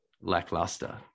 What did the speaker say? lackluster